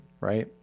right